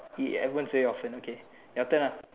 ya everyone say it often okay your turn ah